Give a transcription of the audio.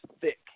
thick